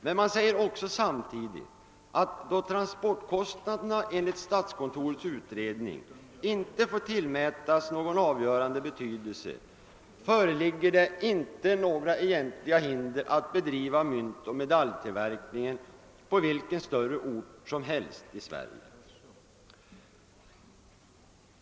Men man framhöll samtidigt att då transportkostnaderna enligt statskontorets utredning inte får tillmätas någon avgörande betydelse föreligger inga egentliga hinder att bedriva myntoch medaljtillverkningen på vilken större ort som helst i Sverige.